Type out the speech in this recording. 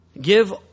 give